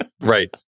Right